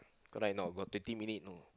correct or not got twenty minute you know